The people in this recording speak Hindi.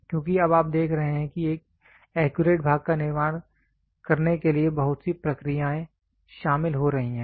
क्योंकि अब आप देख रहे हैं कि एक एक्यूरेट भाग का निर्माण करने के लिए बहुत सी प्रक्रियाएं शामिल हो रही हैं